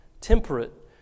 temperate